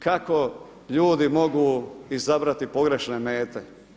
Kako ljudi mogu izabrati pogrešne mete?